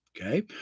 Okay